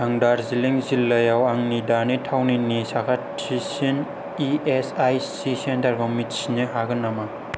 आं दार्जिलिं जिल्लायाव आंनि दानि थावनिनि साखाथिसिन इ एस आइ सि सेन्टारखौ मिथिनो हागोन नामा